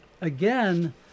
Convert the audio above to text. again